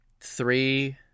three